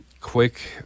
quick